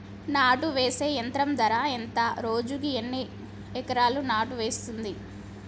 నాటు వేసే యంత్రం ధర ఎంత రోజుకి ఎన్ని ఎకరాలు నాటు వేస్తుంది?